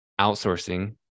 outsourcing